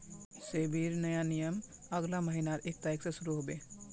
सेबीर नया नियम अगला महीनार एक तारिक स शुरू ह बे